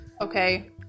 okay